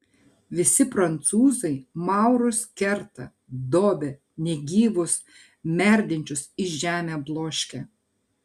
visi prancūzai maurus kerta dobia negyvus merdinčius į žemę bloškia